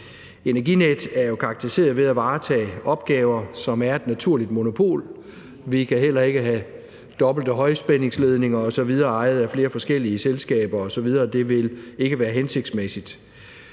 Energinet er karakteriseret ved at varetage opgaver, som er et naturligt monopol. Vi kan heller ikke have dobbelte højspændingsledninger ejet af flere forskellige selskaber osv., for det vil ikke være hensigtsmæssigt.